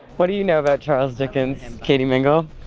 what do you know about charles dickens, katie mingle?